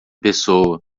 pessoa